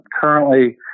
currently